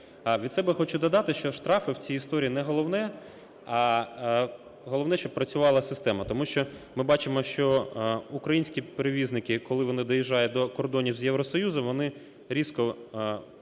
Від себе хочу додати, що штрафи в цій історії не головне, а головне, щоб працювала система. Тому що ми бачимо, що українські перевізники, коли вони доїжджають до кордонів з Євросоюзом, вони різко